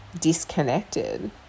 disconnected